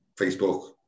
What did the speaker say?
facebook